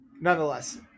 nonetheless